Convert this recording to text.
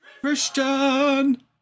Christian